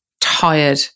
tired